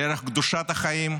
לערך קדושת החיים,